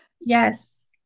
Yes